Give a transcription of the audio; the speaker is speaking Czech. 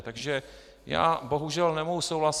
Takže bohužel nemohu souhlasit.